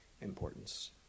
importance